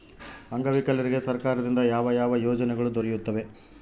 ಅಂಗವಿಕಲರಿಗೆ ಸರ್ಕಾರದಿಂದ ಯಾವ ಯಾವ ಯೋಜನೆಗಳು ದೊರೆಯುತ್ತವೆ?